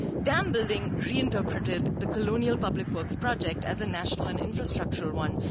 dam building reinterpreted the colonial public works project as a national and infrastructure one,